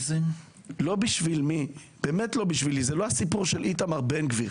זה לא הסיפור של איתמר בן גביר,